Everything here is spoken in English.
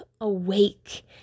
awake